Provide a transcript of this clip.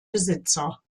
besitzer